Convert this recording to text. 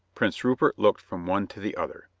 prince rupert looked from one to the other.